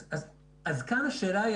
אז כאן יש שאלה.